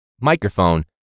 microphone